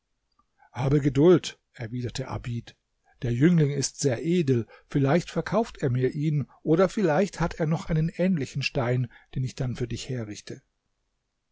habe geduld erwiderte abid der jüngling ist sehr edel vielleicht verkauft er mir ihn oder vielleicht hat er noch einen ähnlichen stein den ich dann für dich herrichte